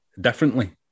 differently